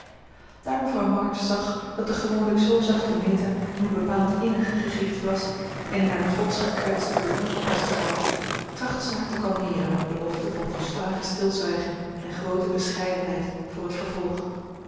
daar mevrouw march zag dat de gewoonlijk zoo zachte meta nu bepaald innig gegriefd was en in haar trots gekwetst door de ongepaste grap trachtte ze haar te kalmeeren met beloften van volslagen stilzwijgen en groote bescheidenheid voor het vervolg